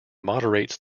moderates